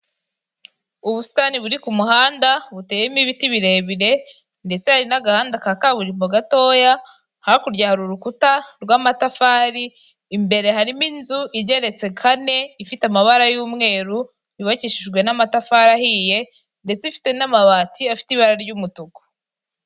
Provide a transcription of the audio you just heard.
Ubusitani buri ku muhanda, buteyemo ibiti birebire ndetse hari n'agahanda ka kaburimbo gatoya, hakurya hari urukuta rw'amatafari, imbere harimo inzu igeretse kane, ifite amabara y'umweru, yubakishijwe n'amatafari ahiye ndetse ifite n'amabati afite ibara ry'umutuku.